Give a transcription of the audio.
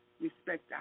respect